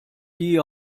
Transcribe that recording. die